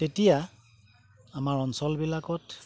তেতিয়া আমাৰ অঞ্চলবিলাকত